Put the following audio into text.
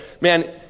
man